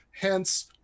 hence